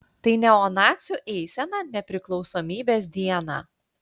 tai neonacių eisena nepriklausomybės dieną